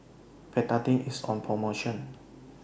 Betadine IS on promotion